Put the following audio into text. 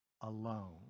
alone